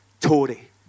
Tory